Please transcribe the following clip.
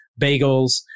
bagels